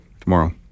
Tomorrow